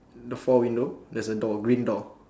the four window there's a door green door